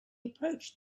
approached